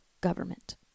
government